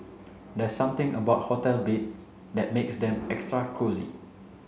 there's something about hotel beds that makes them extra cosy